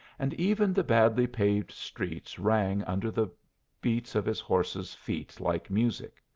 and even the badly paved streets rang under the beats of his horse's feet like music.